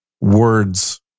words